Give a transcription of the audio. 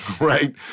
right